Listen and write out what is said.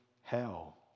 hell